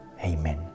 Amen